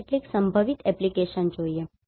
ની કેટલીક સંભવિત એપ્લિકેશન જોઈએ